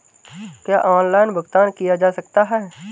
क्या ऑनलाइन भुगतान किया जा सकता है?